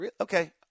okay